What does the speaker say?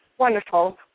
Wonderful